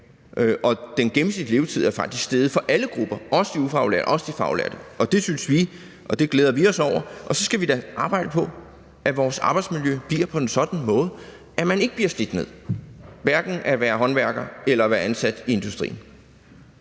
og den gennemsnitlige levetid er faktisk steget for alle grupper, også de ufaglærte og også de faglærte. Det glæder vi os over, og så skal vi da arbejde på, at vores arbejdsmiljø bliver på en sådan måde, at man ikke bliver slidt ned, hverken af at være håndværker eller af at være ansat i industrien.